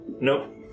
Nope